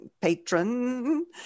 Patron